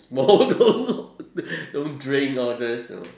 smoke don't drink all this you know